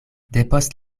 depost